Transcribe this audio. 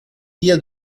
via